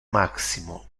maximo